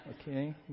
Okay